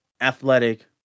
athletic